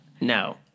No